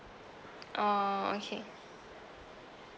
uh okay